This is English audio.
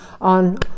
on